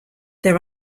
there